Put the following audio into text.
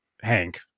Hank